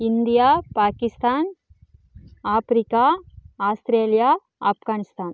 India Pakistan Africa Australia Afghanistan